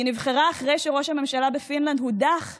היא נבחרה אחרי שראש הממשלה בפינלנד הודח בגלל,